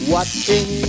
Watching